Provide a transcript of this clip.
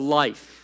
life